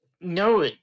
No